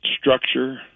structure